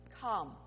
come